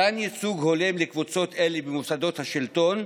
מתן ייצוג הולם לקבוצות אלה במוסדות השלטון,